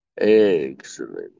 Excellent